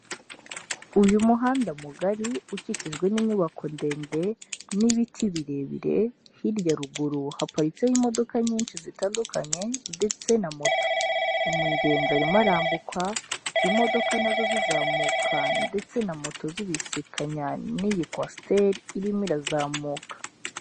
Uyu muhanda mugari ukikijwe n'inyubako ndende n'ibiti birebire, hirya ruguru haparitseho imodoka nyinshi zitandukanye ndetse na moto, umugenzi arimo arambukwa imodoka na zo zizamuka ndetse na moto zibisikanya n'iyi kwasiteri irimo irazamuka.